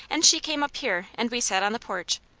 and she came up here and we sat on the porch,